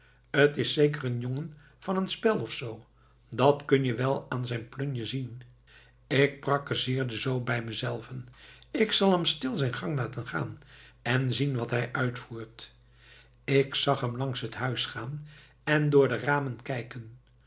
t is zeker een jongen van een spel of zoo dat kun je wel aan zijn plunje zien ik prakkezeerde zoo bij mezelven ik zal hem stil zijn gang laten gaan en zien wat hij uitvoert ik zag hem langs het huis gaan en door de ramen kijken